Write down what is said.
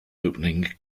opening